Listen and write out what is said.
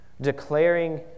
Declaring